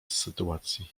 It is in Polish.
sytuacji